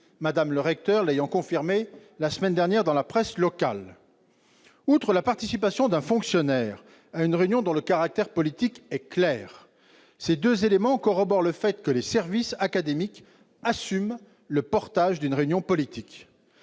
Mme le recteur l'a d'ailleurs confirmé la semaine dernière dans la presse locale. Outre la participation d'un fonctionnaire à une réunion dont le caractère politique est clair, ces deux éléments corroborent le fait que les services académiques assument la publicité d'une réunion politique.